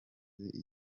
bimaze